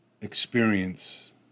experience